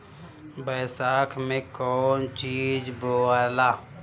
बैसाख मे कौन चीज बोवाला?